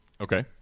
Okay